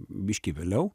biškį vėliau